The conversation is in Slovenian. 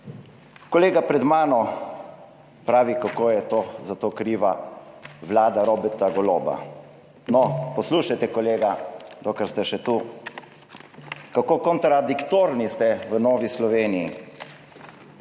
Kolega pred mano pravi, kako je za to kriva vlada Roberta Goloba. Poslušajte, kolega, dokler ste še tu, kako kontradiktorni ste v Novi Sloveniji.